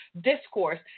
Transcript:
discourse